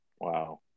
Wow